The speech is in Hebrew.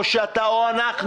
אתה או אנחנו,